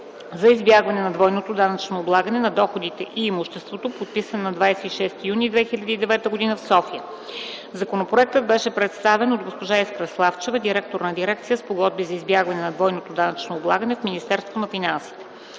за избягване на двойното данъчно облагане на доходите и имуществото, подписана на 26 юни 2009 г. в София. Законопроектът беше представен от госпожа Искра Славчева – директор на дирекция „Спогодби за избягване на двойното данъчно облагане” в Министерството на финансите.